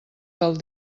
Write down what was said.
del